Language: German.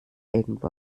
irgendwo